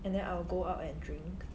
and then I will go out and drink